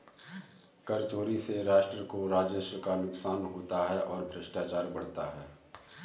कर चोरी से राष्ट्र को राजस्व का नुकसान होता है और भ्रष्टाचार बढ़ता है